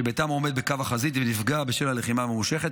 שביתם עומד בקו החזית ונפגע בשל הלחימה הממושכת,